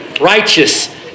righteous